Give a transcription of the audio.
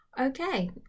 Okay